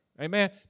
Amen